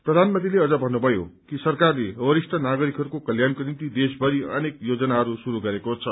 प्रधानमन्त्रीले अझ भन्नुभयो कि सरकारले वरिष्ठ नागरिकहरूको कल्याणको निम्ति देशभरि अनेक योजनाहरू शुरू गरेको छ